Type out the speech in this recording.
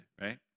right